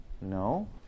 No